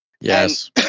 Yes